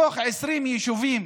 מתוך 20 יישובים